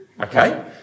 Okay